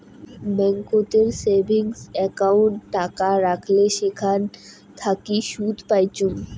ব্যাংকোতের savings account টাকা রাখলে সেখান থাকি সুদ পাইচুঙ